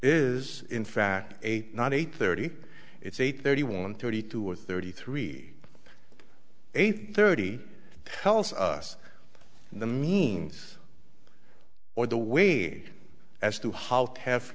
is in fact eight not eight thirty it's eight thirty one thirty two or thirty three eight thirty tells us the means or the way as to how to have